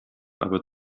aber